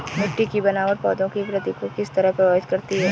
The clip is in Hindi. मिटटी की बनावट पौधों की वृद्धि को किस तरह प्रभावित करती है?